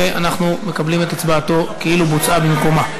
ואנחנו מקבלים את הצבעתו כאילו בוצעה במקומה.